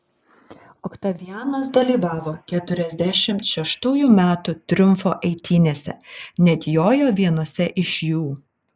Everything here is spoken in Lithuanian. oktavianas dalyvavo keturiasdešimt šeštųjų metų triumfo eitynėse net jojo vienose iš jų